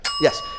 Yes